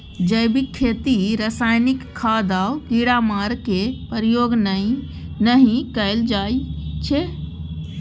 जैबिक खेती रासायनिक खाद आ कीड़ामार केर प्रयोग नहि कएल जाइ छै